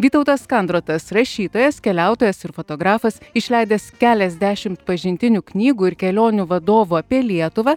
vytautas kandrotas rašytojas keliautojas ir fotografas išleidęs keliasdešimt pažintinių knygų ir kelionių vadovų apie lietuvą